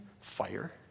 fire